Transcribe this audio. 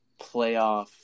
playoff